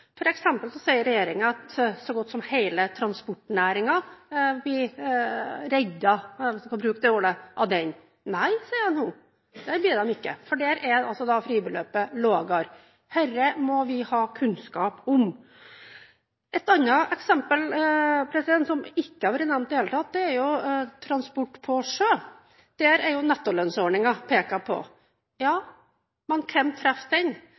at så godt som hele transportnæringen blir «reddet» – hvis jeg skal bruke det ordet – av den. Nei, sier jeg nå, det blir den ikke, for der er fribeløpet lavere. Dette må vi ha kunnskap om. Et annet eksempel, som ikke har vært nevnt i det hele tatt, er transport på sjø. Der er jo nettolønnsordningen pekt på. Ja,